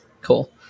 cool